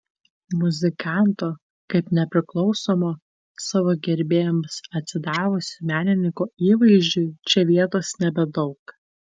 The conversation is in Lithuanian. muzikanto kaip nepriklausomo savo gerbėjams atsidavusio menininko įvaizdžiui čia vietos nebedaug